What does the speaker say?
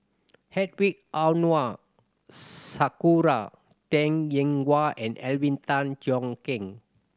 Hedwig Anuar Sakura Teng Ying Hua and Alvin Tan Cheong Kheng